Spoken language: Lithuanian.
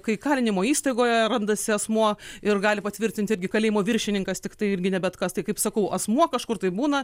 kai kalinimo įstaigoje randasi asmuo ir gali patvirtinti irgi kalėjimo viršininkas tiktai irgi ne bet kas tai kaip sakau asmuo kažkur tai būna